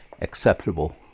acceptable